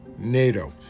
NATO